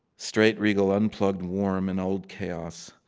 straight, regal, unplugged, warm an old chaos.